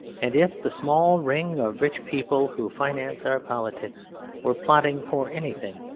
and if the small ring of rich people who finance our politics were plotting for anything,